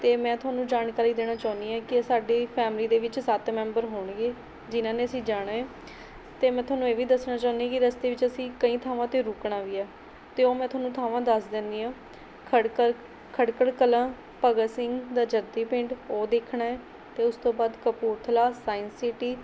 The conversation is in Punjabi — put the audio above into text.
ਅਤੇ ਮੈਂ ਤੁਹਾਨੂੰ ਜਾਣਕਾਰੀ ਦੇਣਾ ਚਾਹੁੰਦੀ ਹਾਂ ਕਿ ਸਾਡੀ ਫੈਮਿਲੀ ਦੇ ਵਿੱਚ ਸੱਤ ਮੈਂਬਰ ਹੋਣਗੇ ਜਿਨ੍ਹਾਂ ਨੇ ਅਸੀਂ ਜਾਣਾ ਹੈ ਅਤੇ ਮੈਂ ਤੁਹਾਨੂੰ ਇਹ ਵੀ ਦੱਸਣਾ ਚਾਹੁੰਦੀ ਕਿ ਰਸਤੇ ਵਿੱਚ ਅਸੀਂ ਕਈ ਥਾਵਾਂ 'ਤੇ ਰੁਕਣਾ ਵੀ ਹੈ ਅਤੇ ਉਹ ਮੈਂ ਤੁਹਾਨੂੰ ਥਾਵਾਂ ਦੱਸ ਦਿੰਦੀ ਹਾਂ ਖੜਕਲ ਖਟਕੜ ਕਲਾਂ ਭਗਤ ਸਿੰਘ ਦਾ ਜੱਦੀ ਪਿੰਡ ਉਹ ਦੇਖਣਾ ਹੈ ਅਤੇ ਉਸ ਤੋਂ ਬਾਅਦ ਕਪੂਰਥਲਾ ਸਾਇੰਸ ਸਿਟੀ